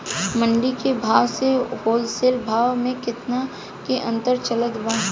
मंडी के भाव से होलसेल भाव मे केतना के अंतर चलत बा?